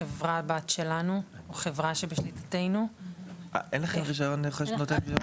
חברת בת שלנו או חברה שבשליטתנו --- אין לכם רישיון בכלל.